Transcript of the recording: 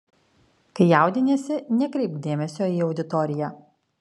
kai jaudiniesi nekreipk dėmesio į auditoriją